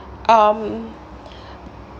um